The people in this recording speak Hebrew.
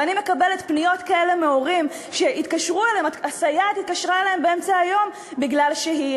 ואני מקבלת פניות כאלה מהורים שהסייעת התקשרה אליהם באמצע היום בגלל שהיא